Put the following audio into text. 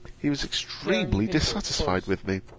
he was extremely dissatisfied with me.